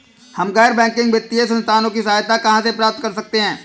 हम गैर बैंकिंग वित्तीय संस्थानों की सहायता कहाँ से प्राप्त कर सकते हैं?